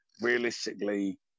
realistically